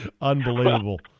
Unbelievable